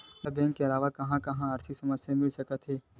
मोला बैंक के अलावा आऊ कहां कहा आर्थिक सेवा मिल सकथे?